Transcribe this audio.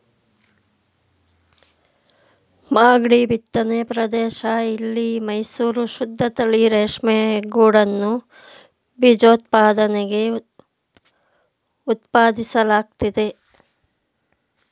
ಮಾಗ್ಡಿ ಬಿತ್ತನೆ ಪ್ರದೇಶ ಇಲ್ಲಿ ಮೈಸೂರು ಶುದ್ದತಳಿ ರೇಷ್ಮೆಗೂಡನ್ನು ಬೀಜೋತ್ಪಾದನೆಗೆ ಉತ್ಪಾದಿಸಲಾಗ್ತಿದೆ